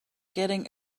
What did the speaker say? getting